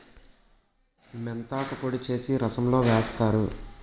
మెంతాకు పొడి చేసి రసంలో వేస్తారు